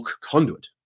conduit